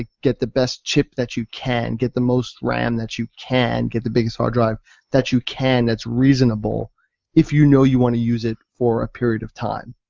ah get the best chip that you can, get the most ram that you can, get the biggest hard drive that you can that's reasonable if you know you want to use it for a period of time.